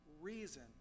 reason